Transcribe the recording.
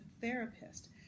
therapist